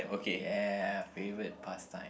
yeah favorite pastime